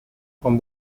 con